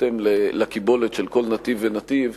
בהתאם לקיבולת של כל נתיב ונתיב,